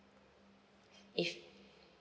if